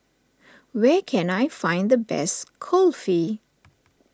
where can I find the best Kulfi